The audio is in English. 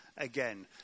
Again